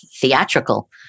theatrical